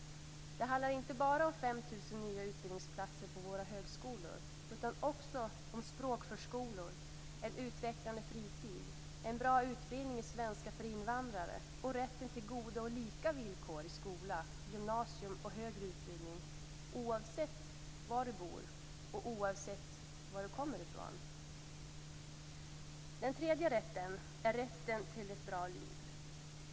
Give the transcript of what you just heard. Det handlar inte bara om 5 000 nya utbildningsplatser på våra högskolor utan också om språkförskolor, en utvecklande fritid, en bra utbildning i svenska för invandrare och rätten till goda och lika villkor i skola, gymnasium och högre utbildning, oavsett var du bor och oavsett var du kommer ifrån. Den tredje rättigheten är rätten till ett bra liv.